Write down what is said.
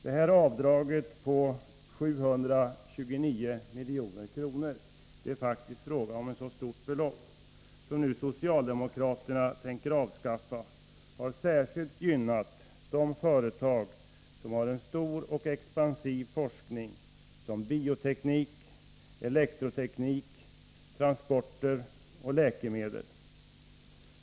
Detta avdrag på 729 milj.kr. — det är faktiskt fråga om ett så stort belopp — som socialdemokraterna nu tänker avskaffa har särskilt gynnat de företag som har en stor och expansiv forskning, så som bioteknik, elektroteknik, transporter och läkemedel.